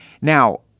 Now